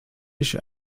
ich